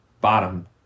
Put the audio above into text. bottom